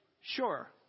Sure